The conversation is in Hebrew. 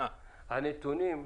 ביקשתי את הנתונים.